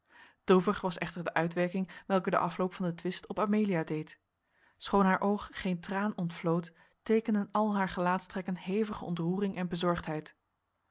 droevig was echter de uitwerking welke de afloop van den twist op amelia deed schoon haar oog geen traan ontvloot teekenden al haar gelaatstrekken hevige ontroering en bezorgdheid